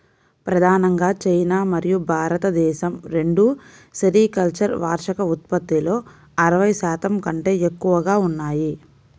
ప్రధానంగా చైనా మరియు భారతదేశం రెండూ సెరికల్చర్ వార్షిక ఉత్పత్తిలో అరవై శాతం కంటే ఎక్కువగా ఉన్నాయి